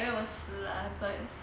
很多人死啊